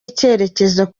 icyerekezo